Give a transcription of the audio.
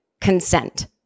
consent